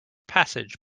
passage